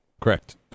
Correct